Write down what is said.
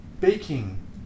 baking